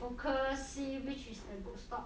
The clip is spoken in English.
focus see which is the good stock